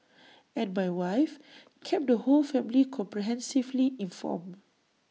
and my wife kept the whole family comprehensively informed